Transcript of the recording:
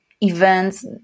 events